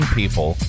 people